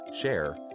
share